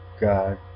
God